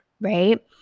right